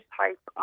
type